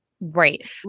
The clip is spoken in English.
Right